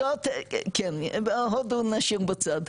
כן, הודו נשאיר בצד.